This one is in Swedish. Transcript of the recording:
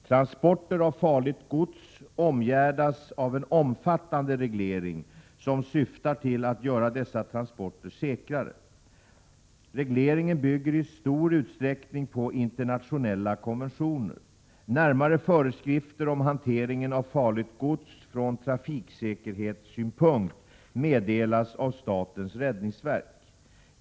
Transporter av farligt gods omgärdas av en omfattande reglering som syftar till att göra dessa transporter säkrare. Regleringen bygger i stor utsträckning på internationella konventioner. Närmare föreskrifter om hanteringen av farligt gods från transportsäkerhetssynpunkt meddelas av statens räddningsverk.